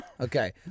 Okay